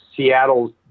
Seattle's